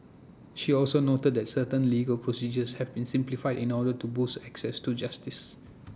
she also noted that certain legal procedures have been simplified in order to boost access to justice